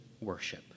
worship